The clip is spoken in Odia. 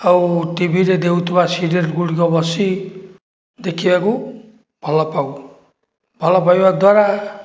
ଆଉ ଟିଭିରେ ଦେଉଥିବା ସିରିଏଲ୍ ଗୁଡ଼ିକ ବସି ଦେଖିବାକୁ ଭଲପାଉ ଭଲ ପାଇବା ଦ୍ୱାରା